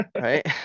right